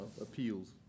appeals